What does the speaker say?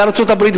בארצות-הברית,